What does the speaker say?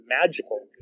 magical